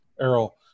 Errol